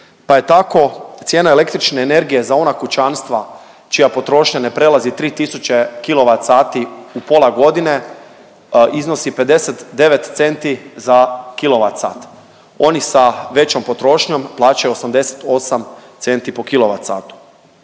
pa je tako cijena električne energije za ona kućanstva čija potrošnja ne prelazi 3 tisuće kWh u pola godine iznosi 59 centi za kWh, oni sa većom potrošnjom plaćaju 88 centi po kWh.